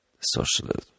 socialism